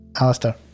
Alistair